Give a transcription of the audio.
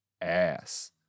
ass